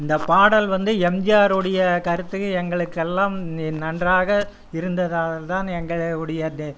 இந்தப் பாடல் வந்து எம்ஜிஆர் உடைய கருத்து எங்களுக்கெல்லாம் நன்றாக இருந்ததால்தான் எங்களுடைய